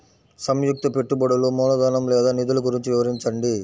సంయుక్త పెట్టుబడులు మూలధనం లేదా నిధులు గురించి వివరించండి?